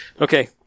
Okay